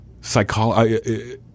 psychology